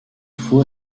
four